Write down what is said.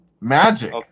Magic